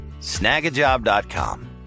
Snagajob.com